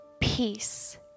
peace